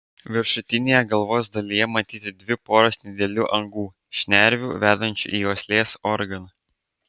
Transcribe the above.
viršutinėje galvos dalyje matyti dvi poros nedidelių angų šnervių vedančių į uoslės organą